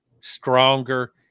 stronger